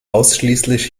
ausschließlich